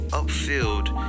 upfield